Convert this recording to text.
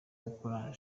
gukora